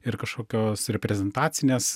ir kažkokios reprezentacinės